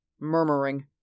murmuring